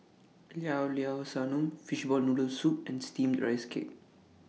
Llao Llao Sanum Fishball Noodle Soup and Steamed Rice Cake